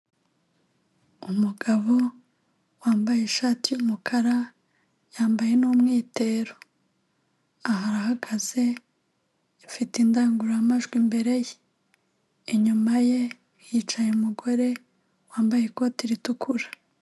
Umugabo wambaye ishati y'umukara, yambaye n'umwitero. Aha arahagaze, afite indangururamajwi imbere ye. Inyuma ye hicaye umugore wambaye ikote ritukura.